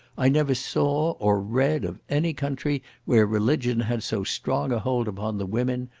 i never saw, or read, of any country where religion had so strong a hold upon the women,